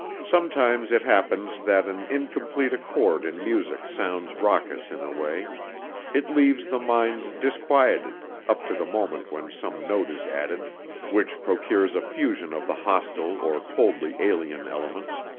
sometimes it happens that an incomplete accord in music sounds raucous in a way it leaves the mind disquieted, up to the moment when some note is added which procures a fusion of the hostile or coldly alien elements,